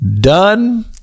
done